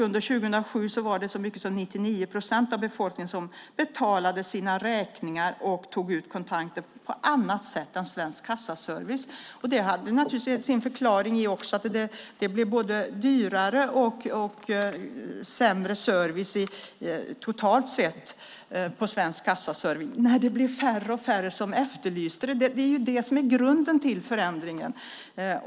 Under 2007 betalade så mycket som 99 procent av befolkningen sina räkningar och tog ut kontanter på annat sätt än genom Svensk Kassaservice. Det hade naturligtvis sin förklaring i att det blev både dyrare och sämre service totalt sett på Svensk Kassaservice när allt färre efterfrågade den. Det är det som är grunden till förändringen.